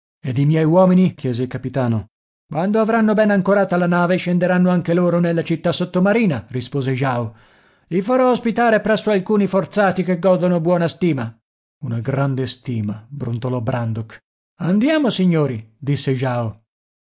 ed i miei uomini chiese il capitano quando avranno ben ancorata la nave scenderanno anche loro nella città sottomarina rispose ao i farò ospitare presso alcuni forzati che godono buona stima una grande stima brontolò brandok andiamo signori disse jao